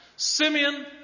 Simeon